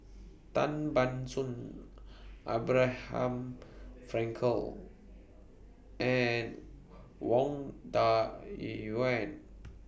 Tan Ban Soon Abraham Frankel and Wang Dayuan